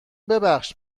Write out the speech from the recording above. ببخش